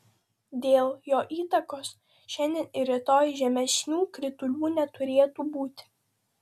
dėl jo įtakos šiandien ir rytoj žymesnių kritulių neturėtų būti